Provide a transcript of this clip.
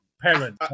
parent